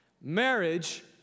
marriage